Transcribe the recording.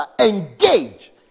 engage